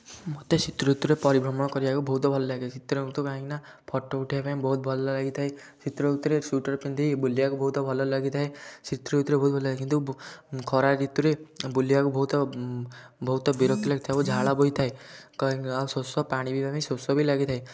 ମତେ ଶୀତ ଋତୁରେ ପରିଭ୍ରମଣ କରିବାକୁ ବହୁତ ଭଲ ଲାଗେ ଶୀତ ଋତୁ କାହିଁକି ନା ଫଟୋ ଉଠାଇବା ପାଇଁ ବହୁତ ଭଲ ଲାଗିଥାଏ ଶୀତ ଋତୁରେ ସ୍ୱିଟର୍ ପିନ୍ଧିକି ବୁଲିବାକୁ ବହୁତ ଭଲ ଲାଗିଥାଏ ଶୀତ ଋତୁରେ ବହୁତ ଭଲ ଲାଗେ କିନ୍ତୁ ଖରା ଋତୁରେ ବୁଲିବାକୁ ବହୁତ ବହୁତ ବିରକ୍ତି ଲାଗିଥାଏ ଓ ଝାଳ ବୋହିଥାଏ କାହିଁକି ଆଉ ଶୋଷ ପାଣି ପିଇବା ପାଇଁ ଶୋଷ ବି ଲାଗିଥାଏ